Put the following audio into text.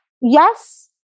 yes